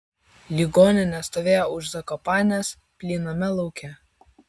ligoninė stovėjo už zakopanės plyname lauke